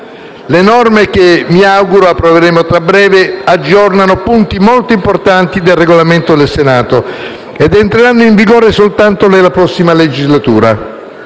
Le norme che, mi auguro, approveremo a breve aggiornano punti molto importanti del Regolamento del Senato ed entreranno in vigore soltanto nella prossima legislatura.